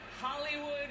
Hollywood